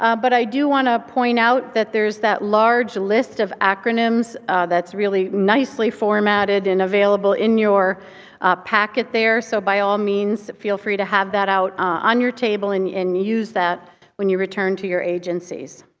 ah but i do want to point out that there's that large list of acronyms that's really nicely formatted and available in your packet there. so by all means, feel free to have that out on your table and use use that when you return to your agencies.